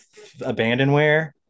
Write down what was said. Abandonware